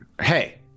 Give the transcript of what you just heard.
Hey